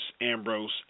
Ambrose